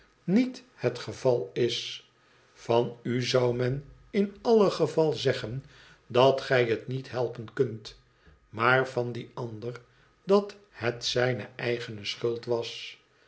niet het geval is van u zou men in alle geval zeggen dat gij het niet helpen kunt maar van dien ander dat het zijne eigene schuld was